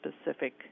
specific